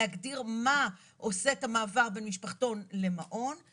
להגדיר מה עושה את המעבר בין משפחתון למעון.